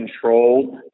controlled